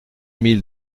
mille